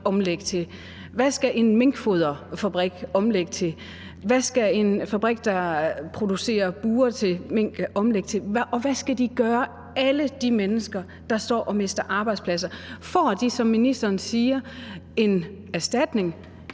omlægge til? Hvad skal en minkfoderfabrik omlægge til? Hvad skal en fabrik, der producerer bure til mink, omlægge til? Og hvad skal alle de mennesker, der står til at miste deres arbejdspladser, gøre? Får de, som ministeren siger, en erstatning,